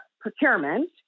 procurement